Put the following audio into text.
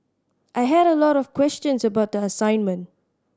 I had a lot of questions about the assignment